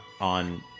on